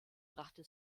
brachte